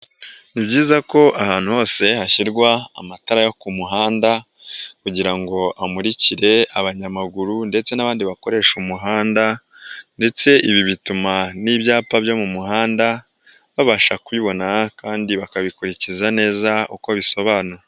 Ni byiza ko ahantu hose hashyirwa amatara yo ku muhanda kugira ngo amurikire abanyamaguru ndetse n'abandi bakoresha umuhanda ndetse ibi bituma n'ibyapa byo mu muhanda, babasha kubibona kandi bakabikurikiza neza uko bisobanura.